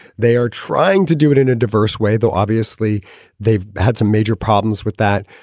they are trying to do it in a diverse way, though obviously they've had some major problems with that.